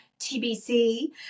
TBC